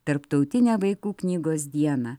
tarptautinę vaikų knygos dieną